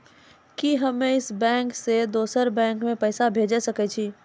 कि हम्मे इस बैंक सें दोसर बैंक मे पैसा भेज सकै छी?